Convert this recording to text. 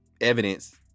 evidence